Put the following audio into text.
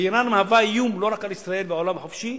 אירן מהווה איום לא רק על ישראל והעולם החופשי,